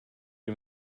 you